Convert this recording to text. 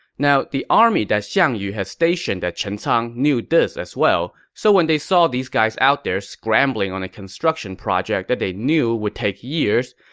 now, the army that xiang yu had stationed at chencang knew this as well, so when they saw these guys out there scrambling on a construction project that they knew would take years,